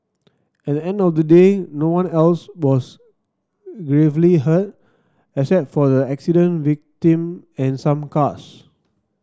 at the end of the day no one else was gravely hurt except for the accident victim and some cars